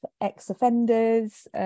ex-offenders